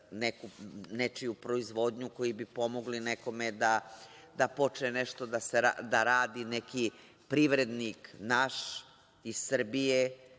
nečiju proizvodnju koji bi pomogli nekome da počne nešto da radi neki privrednik naš, iz Srbije.